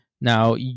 Now